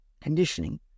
conditioning